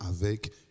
avec